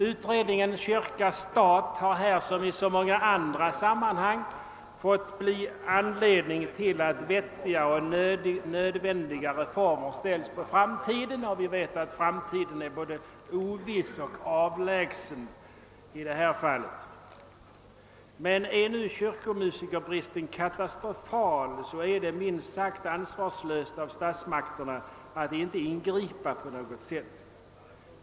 Utredningen kyrka—stat har här som i så många andra sammanhang fått bli anledning till att vettiga och nödvändiga reformer ställs på framtiden — och vi vet att framtiden i detta fall är både oviss och avlägsen. Men om nu kyrkomusikerbristen är katastrofal är det minst sagt ansvarslöst av statsmakterna att inte på något sätt ingripa.